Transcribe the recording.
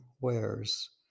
wears